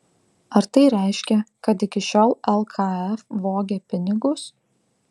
ar tai reiškia kad iki šiol lkf vogė pinigus